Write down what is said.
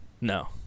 No